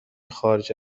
خارج